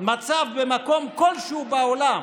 מצב במקום כלשהו בעולם